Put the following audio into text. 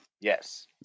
Yes